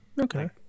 Okay